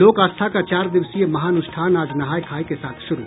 लोक आस्था का चार दिवसीय महाअनुष्ठान आज नहाय खाय के साथ शुरू